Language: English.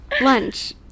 Lunch